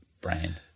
brand